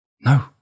No